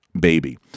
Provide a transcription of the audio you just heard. baby